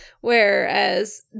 Whereas